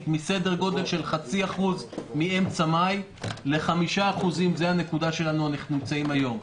מסדר גודל של 0.5% באמצע מאי ל-5% בנקודה שבה אנו נמצאים היום.